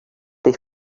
they